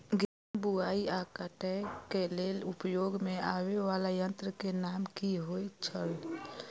गेहूं बुआई आ काटय केय लेल उपयोग में आबेय वाला संयंत्र के नाम की होय छल?